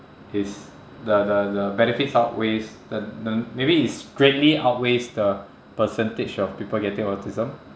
it's the the the benefits outweighs the the maybe it's greatly outweighs the percentage of people getting autism